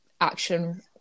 action